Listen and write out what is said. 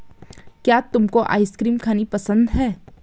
क्या तुमको आइसक्रीम खानी पसंद है?